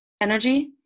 energy